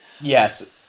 Yes